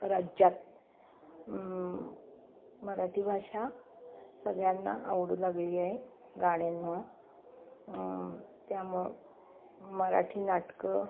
राज्यात मराठी भाषा सगळ्यांना आवडू लागली आहे गाण्यांमुळं त्यामुळं मराठी नाटके